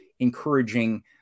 encouraging